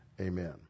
Amen